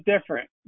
different